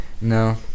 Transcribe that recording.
No